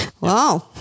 Wow